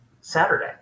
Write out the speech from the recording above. saturday